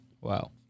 Wow